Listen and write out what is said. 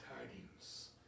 tidings